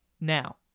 Now